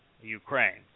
Ukraine